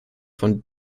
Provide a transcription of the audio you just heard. von